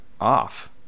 off